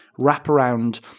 wraparound